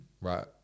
right